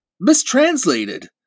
mistranslated